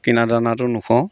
কিনা দানাটো নোখুৱাওঁ